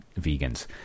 vegans